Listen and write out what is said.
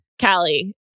Callie